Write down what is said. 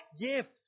gift